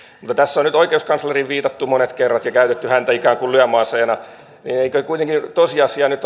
tässä on nyt oikeuskansleriin viitattu monet kerrat ja käytetty häntä ikään kuin lyömäaseena mutta eikö kuitenkin tosiasia nyt